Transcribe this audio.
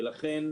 לכן,